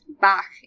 back